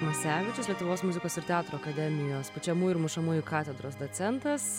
masevičius lietuvos muzikos ir teatro akademijos pučiamųjų ir mušamųjų katedros docentas